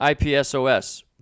IPSOS